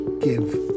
give